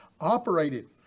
operated